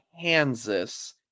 Kansas